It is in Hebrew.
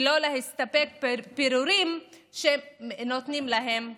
ולא להסתפק בפירורים שנותנים להם בסוף.